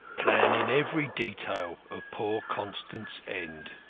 planning every detail of poor constant's end.